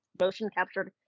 motion-captured